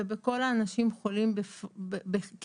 ובכל האנשים החולים ככלל,